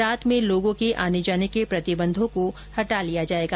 रात में लोगों के आने जाने के प्रतिबंधों को हटा लिया जाएगा